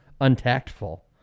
untactful